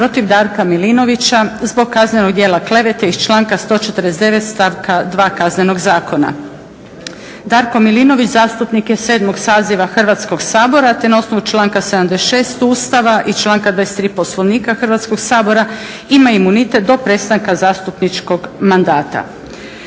protiv Darka Milinovića zbog kaznenog djela klevete iz članka 149. stavka 2. Kaznenog zakona. Darko Milinović zastupnik je sedmog saziva Hrvatskog sabora te na osnovu članka 76. Ustava i članka 23. Poslovnika Hrvatskog sabora ima imunitete do prestanka zastupničkog mandata.